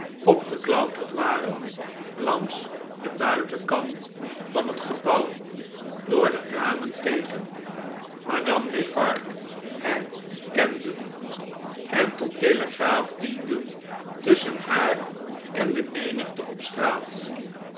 opgeklauterd waren langs den buitenkant van het gebouw door de ramen keken madame defarge herkenden en tot telegraaf dienden tusschen haar en de menigte op straat